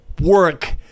work